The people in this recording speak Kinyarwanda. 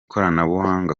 koranabuhanga